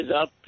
up